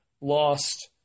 Lost